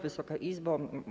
Wysoka Izbo!